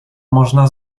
można